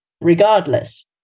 regardless